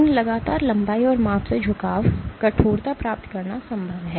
इन लगातार लंबाई और माप से झुकाव कठोरता प्राप्त करना संभव है